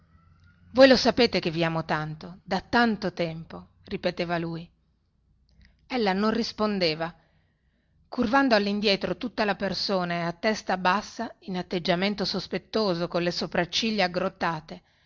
voi lo sapete che vi amo tanto da tanto tempo ripeteva lui ella non rispondeva curvando allindietro tutta la persona e a testa bassa in atteggiamento sospettoso colle sopracciglia